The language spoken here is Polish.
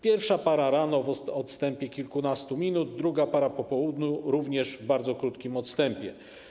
Pierwsza para rano, w odstępie kilkunastu minut, druga para po południu, również w bardzo krótkim odstępie.